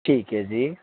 ਠੀਕ ਹੈ ਜੀ